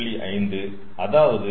5 அதாவது 12